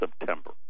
September